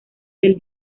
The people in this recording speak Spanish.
del